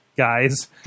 guys